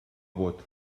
bot